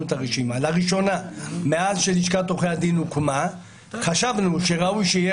לראשונה מאז שלשכת עורכי הדין הוקמה חשבנו שראוי שיהיה